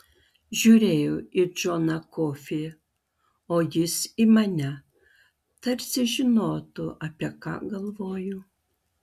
žiūrėjau į džoną kofį o jis į mane tarsi žinotų apie ką galvoju